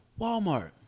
Walmart